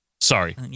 Sorry